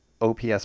OPS